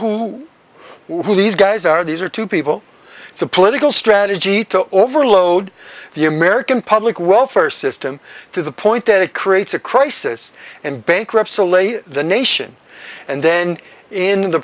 who who these guys are these are two people it's a political strategy to overload the american public welfare system to the point that it creates a crisis and bankrupt the nation and then in the